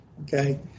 okay